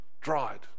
dried